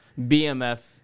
BMF